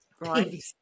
right